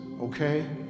Okay